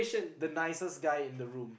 the nicest guy in the room